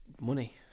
money